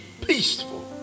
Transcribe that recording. peaceful